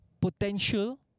Potential